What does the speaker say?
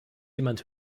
jemand